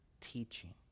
teaching